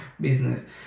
business